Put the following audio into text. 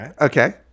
Okay